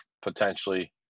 potentially